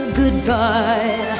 goodbye